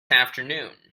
afternoon